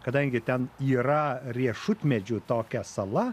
kadangi ten yra riešutmedžių tokia sala